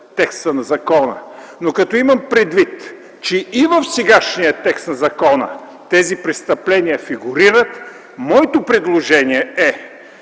текста на закона. Но, като имам предвид, че и в сегашния текст на закона тези престъпления фигурират, моето предложение е